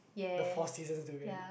the four seasons durian